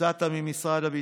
יצאת ממשרד הביטחון,